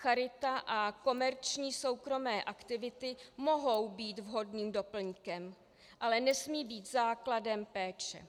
Charita a komerční soukromé aktivity mohou být vhodným doplňkem, ale nesmí být základem péče.